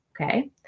okay